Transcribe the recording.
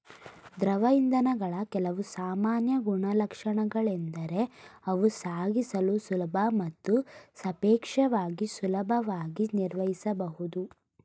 ದ್ರವ ಇಂಧನಗಳ ಕೆಲವು ಸಾಮಾನ್ಯ ಗುಣಲಕ್ಷಣಗಳೆಂದರೆ ಅವು ಸಾಗಿಸಲು ಸುಲಭ ಮತ್ತು ಸಾಪೇಕ್ಷವಾಗಿ ಸುಲಭವಾಗಿ ನಿರ್ವಹಿಸಬಹುದು